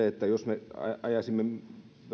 että jos me ajaisimme